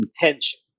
intention